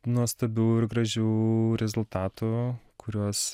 nuostabių ir gražių rezultatų kuriuos